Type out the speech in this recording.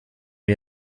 wir